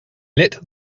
lit